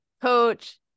coach